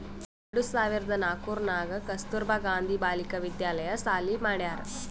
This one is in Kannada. ಎರಡು ಸಾವಿರ್ದ ನಾಕೂರ್ನಾಗ್ ಕಸ್ತೂರ್ಬಾ ಗಾಂಧಿ ಬಾಲಿಕಾ ವಿದ್ಯಾಲಯ ಸಾಲಿ ಮಾಡ್ಯಾರ್